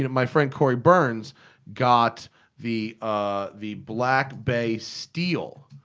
my friend corey burns got the ah the black bay steel.